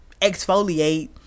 exfoliate